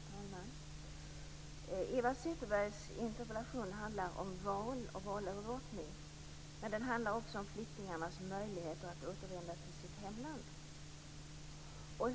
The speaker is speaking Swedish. Herr talman och ministern! Eva Zetterbergs interpellation handlar om val och valövervakning. Men den handlar också om flyktingarnas möjligheter att återvända till sitt hemland.